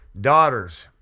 daughters